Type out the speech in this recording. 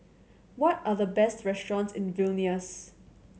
what are the best restaurants in Vilnius